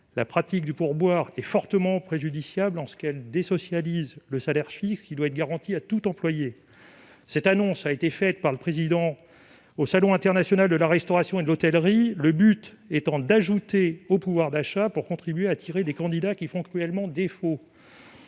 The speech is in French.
la pratique du pourboire est fortement préjudiciable, en ce qu'elle « désocialise » le salaire fixe qui doit être garanti à tout employé. Cette annonce a été faite par le Président de la République lors du Salon international de la restauration et l'hôtellerie, le but étant d'accroître le pouvoir d'achat des salariés afin de contribuer à attirer des candidats qui font cruellement défaut,